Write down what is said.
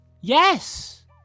Yes